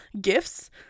gifts